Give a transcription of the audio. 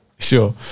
Sure